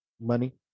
money